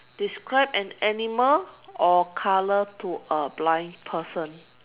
describe an animal or a color to a blind person